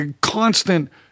constant